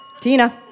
Tina